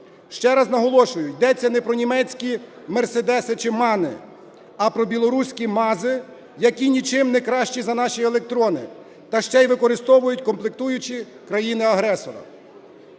Ще раз наголошую, йдеться не про німецькі мерседеси, чи МАN, а про білоруськіМАЗи, які нічим не кращі за наші "Електрони" та ще й використовують комплектуючі країни-агресора.